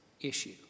issue